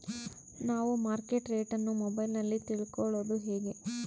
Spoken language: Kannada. ನಾವು ಮಾರ್ಕೆಟ್ ರೇಟ್ ಅನ್ನು ಮೊಬೈಲಲ್ಲಿ ತಿಳ್ಕಳೋದು ಹೇಗೆ?